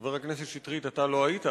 חבר הכנסת שטרית, אתה לא היית,